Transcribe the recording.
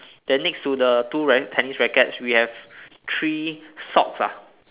then next to the two racl~ tennis racket we have three socks ah